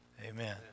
Amen